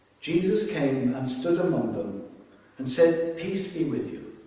jesus came and stood among them and said, peace be with you